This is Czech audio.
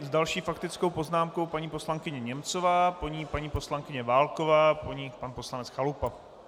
S další faktickou poznámkou paní poslankyně Němcová, po ní paní poslankyně Válková, po ní pan poslanec Chalupa.